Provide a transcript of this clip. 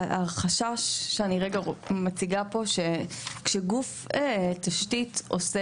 החשש שאני רגע מציגה פה שכשגוף תשתית עושה